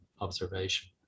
observation